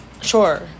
Sure